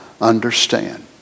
understand